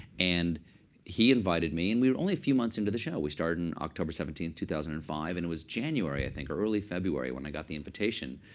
and he invited me. and we were only a few months into the show. we started in october seventeen, two thousand and five. and it was january, i think, or early february when i got the invitation.